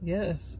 Yes